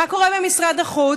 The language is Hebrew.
מה קורה במשרד החוץ?